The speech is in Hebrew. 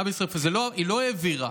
היא לא העבירה.